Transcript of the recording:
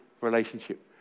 relationship